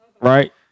right